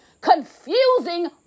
confusing